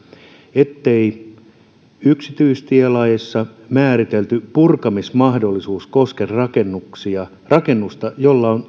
ettei yksityistielaissa määritelty purkamismahdollisuus koske rakennusta jolla on